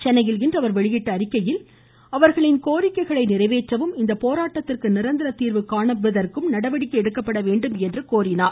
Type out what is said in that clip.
சென்னையில் இன்று அவர் வெளியிட்டுள்ள அறிக்கையில் அவர்களின் கோரிக்கைகளை நிறைவேற்றவும் இந்த போராட்டத்திற்கு நிரந்தர தீர்வு காண்பதற்கு நடவடிக்கை எடுக்க வேண்டும் என்றும் கோரினார்